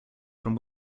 from